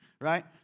right